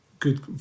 good